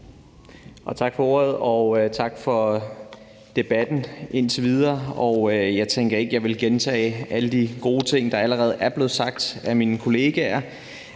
Tak for ordet, formand. Og tak for debatten indtil videre. Jeg tænker ikke, at jeg vil gentage alle de gode ting, der allerede er blevet sagt af mine kollegaer.